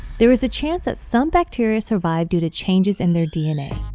there is a chance that some bacteria survive due to changes in their dna.